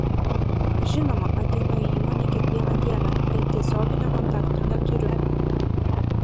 žinoma ateinu į įmonę kiekvieną dieną bet tiesioginio kontakto neturiu